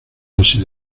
dosis